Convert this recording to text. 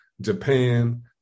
Japan